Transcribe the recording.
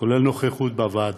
כולל נוכחות בוועדה.